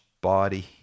body